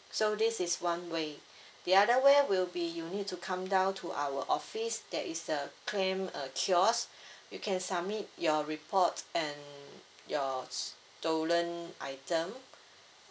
so this is one way the other way will be you need to come down to our office there is uh claim uh kiosk you can submit your report and your stolen item